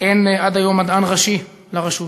אין עד היום מדען ראשי לרשות,